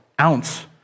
ounce